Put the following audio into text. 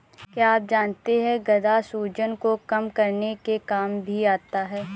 क्या आप जानते है गदा सूजन को कम करने के काम भी आता है?